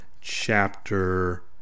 chapter